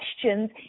questions